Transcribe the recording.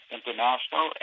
International